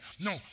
No